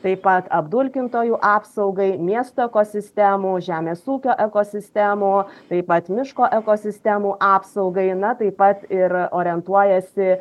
taip pat apdulkintojų apsaugai miesto ekosistemų žemės ūkio ekosistemų taip pat miško ekosistemų apsaugai na taip pat ir orientuojasi